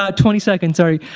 um twenty seconds, sorry.